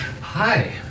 Hi